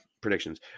predictions